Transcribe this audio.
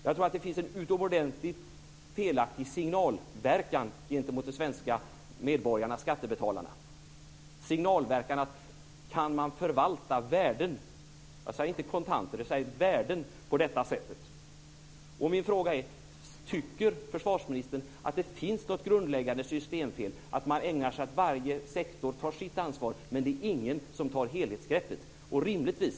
Jag tror att det har en utomordentligt felaktig signalverkan till de svenska medborgarna, skattebetalarna, att man kan förvalta värden - jag sade inte kontanter utan värden - på detta sätt. Min fråga är: Tycker försvarsministern att det finns ett grundläggande systemfel i att varje sektor tar sitt ansvar men ingen tar helhetsansvaret?